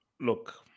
Look